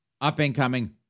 up-and-coming